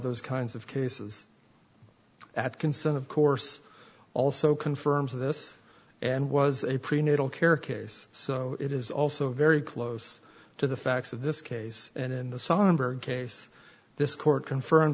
those kinds of cases at consent of course also confirms this and was a prenatal care case so it is also very close to the facts of this case and in the sonnenberg case this court confirmed